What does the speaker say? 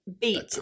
beat